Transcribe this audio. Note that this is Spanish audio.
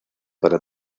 para